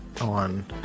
on